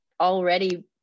already